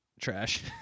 Trash